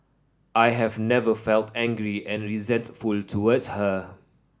I have never felt angry and resentful towards her